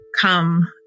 come